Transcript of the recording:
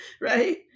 right